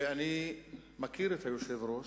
ואני מכיר את היושב-ראש,